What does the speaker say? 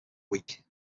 weak